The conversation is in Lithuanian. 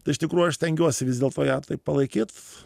tai iš tikrųjų aš stengiuosi vis dėlto ją taip palaikyt